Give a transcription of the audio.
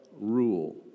rule